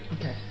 Okay